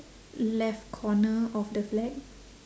left corner of the flag